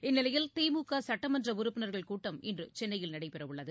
இந்நிலையில் திமுக சட்டமன்ற உறுப்பினர்கள் கூட்டம் இன்று சென்னையில் நடைபெறவுள்ளது